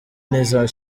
n’izi